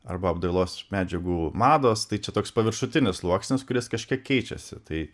arba apdailos medžiagų mados tai čia toks paviršutinis sluoksnis kuris kažkiek keičiasi tai